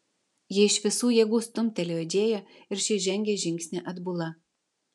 ji iš visų jėgų stumtelėjo džėją ir ši žengė žingsnį atbula